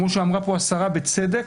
כמו שאמרה פה השרה בצדק,